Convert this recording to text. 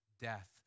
death